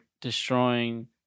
destroying